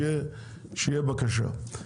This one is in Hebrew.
שתהיה בקשה.